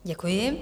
Děkuji.